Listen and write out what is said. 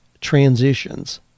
transitions